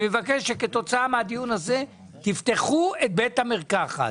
אני מבקש שכתוצאה מהדיון הזה תפתחו את בית המרקחת.